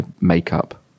makeup